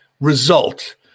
result